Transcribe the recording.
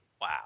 Wow